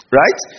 right